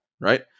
right